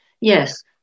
Yes